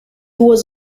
was